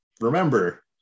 remember